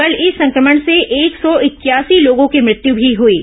कल इस संक्रमण से एक सौ इक्यासी लोगों की मृत्यु भी हुई है